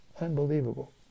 Unbelievable